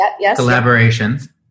collaborations